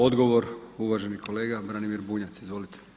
Odgovor uvaženi kolega Branimir Bunjac, izvolite.